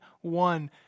one